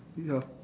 ya